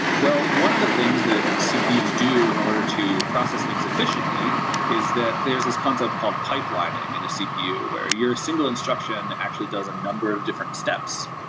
well, one of the things that cpus do in order to process things efficiently is that there is this concept called pipelining in a cpu, where your single instruction actually does a number of different steps.